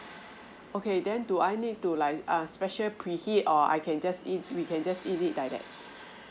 okay then do I need to like err special pre-heat or I can just eat we can just eat it direct